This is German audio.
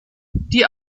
die